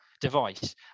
device